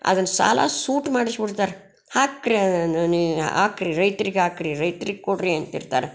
ಅದನ್ನು ಸಾಲ ಸೂಟ್ ಮಾಡಿಸ್ಬಿಡ್ತಾರೆ ಹಾಕಿರಿ ಅದನ್ನ ನೀ ಹಾಕ್ರಿ ರೈತ್ರಿಗೆ ಹಾಕ್ರಿ ರೈತ್ರಿಗೆ ಕೊಡಿರಿ ಅಂತಿರ್ತಾರೆ